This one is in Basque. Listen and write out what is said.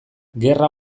gerra